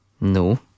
No